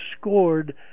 scored